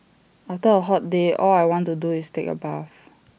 after A hot day all I want to do is take A bath